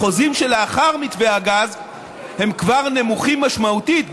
החוזים שלאחר מתווה הגז הם כבר נמוכים משמעותית,